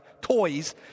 toys